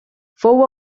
fou